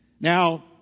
Now